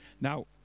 Now